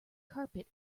carpet